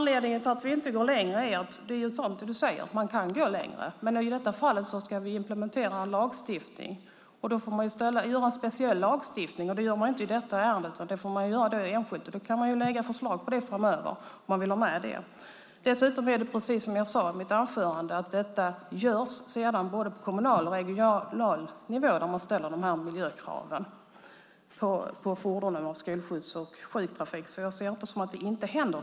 Herr talman! Det är sant det du säger, Jonas Eriksson, om att man kan gå längre. Men anledningen till att vi inte går längre är att vi ska implementera en lagstiftning. Vill man gå längre får man göra en speciell lagstiftning. Det gör man inte i detta ärende, utan det får man göra enskilt. Om man vill ha med det kan man lägga fram förslag om det framöver. Dessutom är det precis som jag sade i mitt anförande, nämligen att detta görs på både kommunal och regional nivå där man ställer de här miljökraven på fordonen, på skolskjuts och sjuktrafik, så jag ser inte detta som att inget händer.